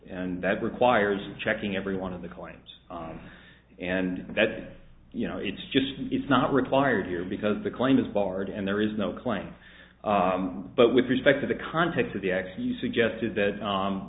and that requires checking every one of the coins and that you know it's just it's not required here because the claim is barred and there is no claim but with respect to the context of the act you suggested that